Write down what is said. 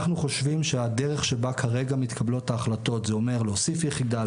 אנחנו חושבים שהדרך שבה מתקבלות ההחלטות כרגע זה אומר להוסיף יחידה,